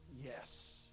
yes